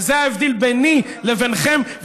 וזה ההבדל ביני וביניכם.